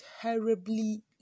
terribly